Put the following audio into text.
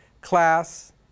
class